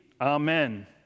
Amen